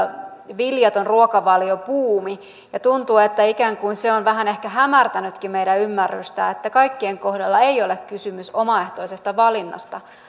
viljaton ruokavaliobuumi ja tuntuu että ikään kuin se on vähän ehkä hämärtänytkin meidän ymmärrystämme siitä että kaikkien kohdalla ei ole kysymys omaehtoisesta valinnasta